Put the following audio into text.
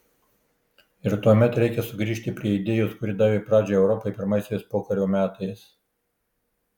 ir tuomet reikia sugrįžti prie idėjos kuri davė pradžią europai pirmaisiais pokario metais